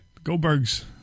Goldbergs